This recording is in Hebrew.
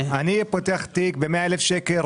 אני פותח תיק ב-100,000 שקל,